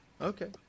okay